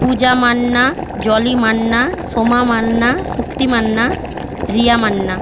Puja Manna Jolly Manna Soma Manna Shakti Manna Riya Manna